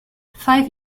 five